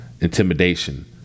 intimidation